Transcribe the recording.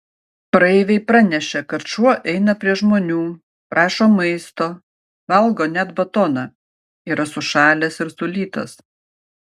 praeiviai pranešė kad šuo eina prie žmonių prašo maisto valgo net batoną yra sušalęs ir sulytas